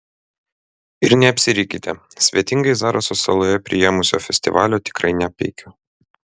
ir neapsirikite svetingai zaraso saloje priėmusio festivalio tikrai nepeikiu